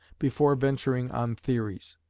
before venturing on theories.